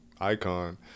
icon